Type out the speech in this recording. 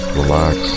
relax